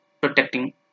Protecting